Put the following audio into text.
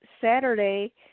Saturday